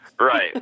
Right